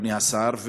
אדוני השר,